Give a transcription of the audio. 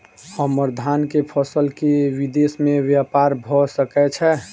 हम्मर धान केँ फसल केँ विदेश मे ब्यपार भऽ सकै छै?